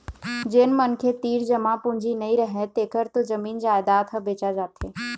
जेन मनखे तीर जमा पूंजी नइ रहय तेखर तो जमीन जयजाद ह बेचा जाथे